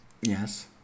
Yes